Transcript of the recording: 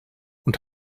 und